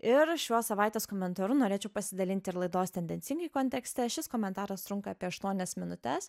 ir šios savaitės komentaru norėčiau pasidalinti ir laidos tendencingai kontekste šis komentaras trunka apie aštuonias minutes